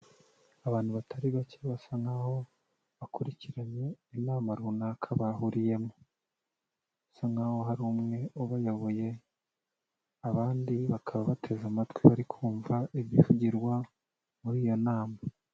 Abantu batari bake basa nk'aho bakurikiranye inama runaka bahuriyemo. Basa nkaho hari umwe ubayoboye, abandi bakaba bateze amatwi bari kumva ibivugirwa, muri iyo nama.